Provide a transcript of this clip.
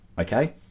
Okay